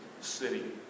city